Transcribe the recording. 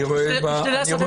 אני רואה שיש